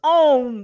own